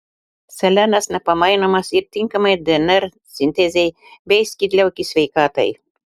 selenas nepamainomas ir tinkamai dnr sintezei bei skydliaukės sveikatai